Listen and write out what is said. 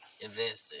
Invested